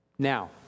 Now